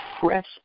fresh